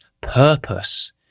purpose